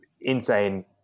Insane